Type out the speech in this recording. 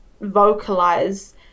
vocalize